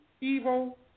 evil